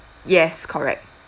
yes correct